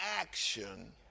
action